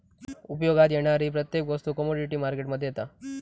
उपयोगात येणारी प्रत्येक वस्तू कमोडीटी मार्केट मध्ये येता